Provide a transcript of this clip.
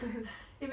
hehe